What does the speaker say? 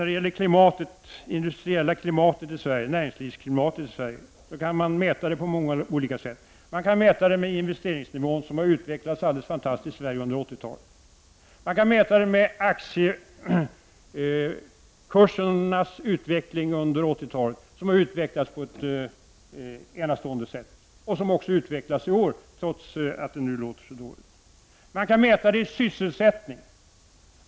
Det industriella klimatet och näringslivsklimatet i Sverige tror jag att man kan mäta på många olika sätt. Man kan mäta det utifrån investeringsnivån, som har utvecklats helt fantastiskt i Sverige under 80-talet. Man kan mäta det utifrån aktiekursernas utveckling under 80-talet, som har utvecklats på ett enastående sätt och som också utvecklats i år trots att det nu låter så dåligt. Man kan mäta det i sysselsättning.